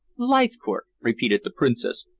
leithcourt? repeated the princess,